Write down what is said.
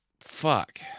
fuck